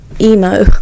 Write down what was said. emo